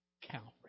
Calvary